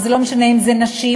ולא משנה אם נשים,